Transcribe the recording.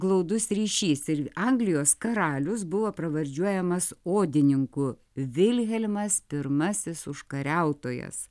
glaudus ryšys ir anglijos karalius buvo pravardžiuojamas odininku vilhelmas pirmasis užkariautojas